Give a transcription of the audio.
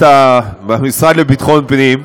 במשרד לביטחון פנים,